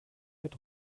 mit